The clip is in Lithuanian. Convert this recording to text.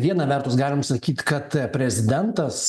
viena vertus galim sakyt kad prezidentas